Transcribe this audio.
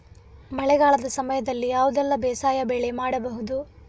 ಮಳೆಗಾಲದ ಸಮಯದಲ್ಲಿ ಯಾವುದೆಲ್ಲ ಬೇಸಾಯ ಬೆಳೆ ಮಾಡಬಹುದು?